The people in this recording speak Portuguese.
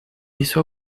isso